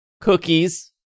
cookies